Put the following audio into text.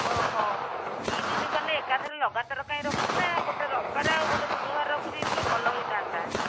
ଓହୋ ଦୁଇ ଦିନ କଲେ ଏକାଥରେ ଲଗାତର କାଇଁ ରଖୁଥିଲେ ଗୋଟେ ରବିବାରେ ଆଉ ଗୋଟେ ବୁଧବାରେ ରଖି ଦେଇଥିଲେ ଭଲ ହୋଇଥାଆନ୍ତା